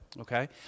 Okay